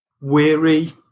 weary